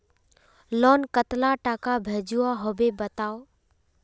Loan कतला टाका भेजुआ होबे बताउ?